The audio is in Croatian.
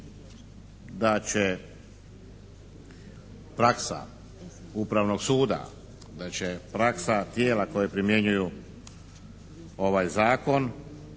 da će praksa Upravnog suda, da će praksa tijela koja primjenjuju ovaj zakon